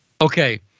Okay